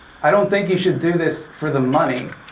i don't think you should do this for the money.